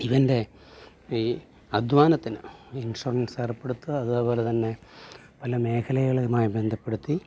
ഇവൻ്റെ ഈ അധ്വാനത്തിന് ഇൻഷുറൻസ് ഏർപ്പെടുത്തുക അതേപോലെ തന്നെ പല മേഖലകളുമായി ബന്ധപ്പെടുത്തി